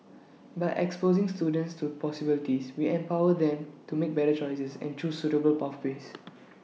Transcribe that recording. by exposing students to possibilities we empower them to make better choices and choose suitable pathways